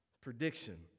prediction